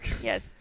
Yes